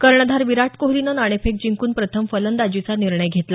कर्णधार विराट कोहलीने नाणेफेक जिंकून प्रथम फलंदाजीचा निर्णय घेतला